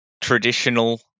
traditional